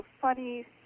funny